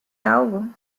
algo